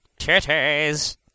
Titties